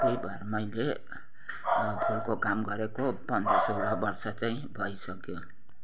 त्यहीँ भएर मैले फुलको काम गरेको पन्ध्र सोह्र वर्ष चाहिँ भइसक्यो